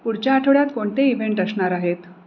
पुढच्या आठवड्यात कोणते इवेंट असणार आहेत